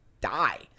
die